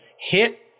hit